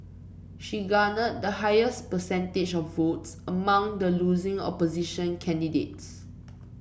she garnered the highest percentage of votes among the losing opposition candidates